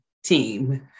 Team